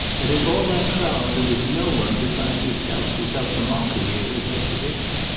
and in all that crowd there was no one besides herself who felt the mockery of this exhibition.